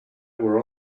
were